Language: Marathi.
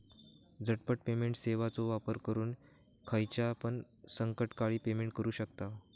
झटपट पेमेंट सेवाचो वापर करून खायच्यापण संकटकाळी पेमेंट करू शकतांव